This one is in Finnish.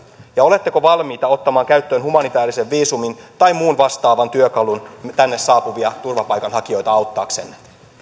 ja oletteko valmiita ottamaan käyttöön humanitäärisen viisumin tai muun vastaavan työkalun tänne saapuvia turvapaikanhakijoita auttaaksenne